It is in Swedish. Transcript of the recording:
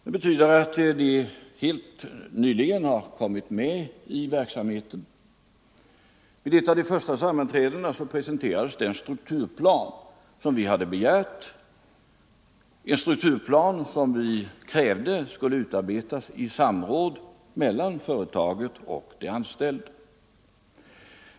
Det betyder att vi helt nyligen kommit med i verksamheten. Vid ett av de första sammanträdena presenterades den strukturplan som vi hade begärt och som vi krävde skulle utarbetas i samråd mellan företaget och de anställda.